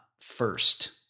first